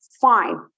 fine